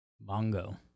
Bongo